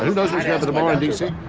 and happen tomorrow in d c?